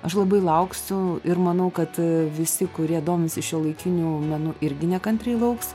aš labai lauksiu ir manau kad visi kurie domisi šiuolaikiniu menu irgi nekantriai lauks